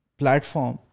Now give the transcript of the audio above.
platform